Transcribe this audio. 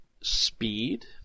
speed